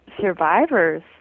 survivors